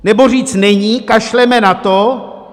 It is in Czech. Nebo říct není, kašleme na to?